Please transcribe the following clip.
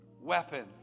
weapon